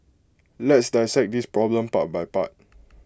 let's dissect this problem part by part